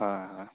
হয় হয়